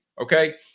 Okay